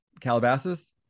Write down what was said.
Calabasas